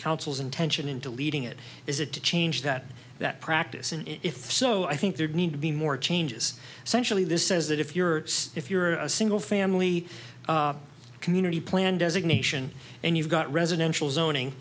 council's intention into leading it is it to change that that practice and if so i think there need to be more changes so actually this says that if you're if you're a single family community plan designation and you've got residential zoning